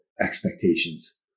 expectations